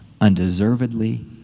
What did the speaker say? undeservedly